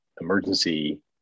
emergency